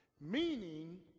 meaning